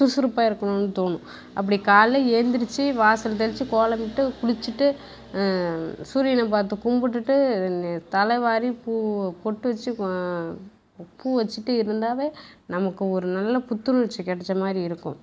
சுறுசுறுப்பாக இருக்கணுனு தோணும் அப்படி காலைல எழுந்துரிச்சி வாசல் தெளித்து கோலம்மிட்டு குளித்துச்சுட்டு சூரியனை பார்த்து கும்பிட்டுட்டு நே தலைவாரி பூ பொட்டு வச்சு பூ வச்சுட்டு இருந்தால் நமக்கு ஒரு நல்ல புத்துணர்ச்சு கிடச்ச மாதிரி இருக்கும்